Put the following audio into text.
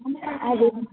అదే మ్యాడమ్